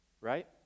Right